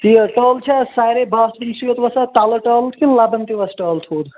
یہِ ٹٲلہٕ چھا سارے باتھروٗم سٕے یوت وسان تَلہٕ ٹٲل کِنہٕ لَبن تہِ وسہِ ٹٲلہٕ تھوٚد